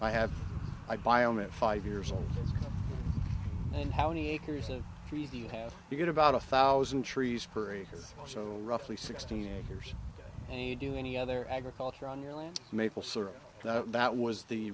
i have i by own it five years old and how many acres of trees you have you get about a thousand trees per acre so roughly sixteen acres and you do any other agriculture on your land maple syrup that was the